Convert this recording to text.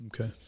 Okay